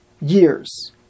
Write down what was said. years